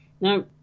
Now